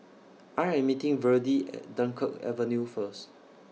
I Am meeting Virdie At Dunkirk Avenue First